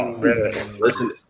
listen